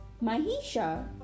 Mahisha